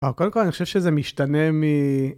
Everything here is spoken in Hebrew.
קודם כל אני חושב שזה משתנה מ...